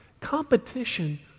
Competition